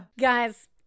guys